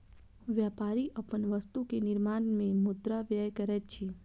व्यापारी अपन वस्तु के निर्माण में मुद्रा व्यय करैत अछि